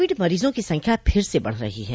Covid मरीजों की संख्या फिर से बढ़ रही है